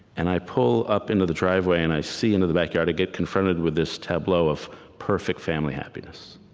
and i pull up into the driveway, and i see into the backyard. i get confronted with this tableau of perfect family happiness.